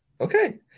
Okay